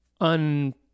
un